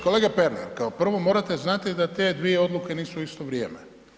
Kolega Pernar kao prvo morate znati da te dvije odluke nisu u isto vrijeme.